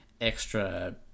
extra